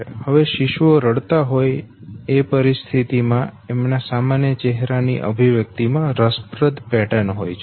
હવે શિશુઓ રડતા હોય એ પરિસ્થિતિ માં તેમના ચહેરા ની અભિવ્યક્તિ માં રસપ્રદ પેટર્ન હોય છે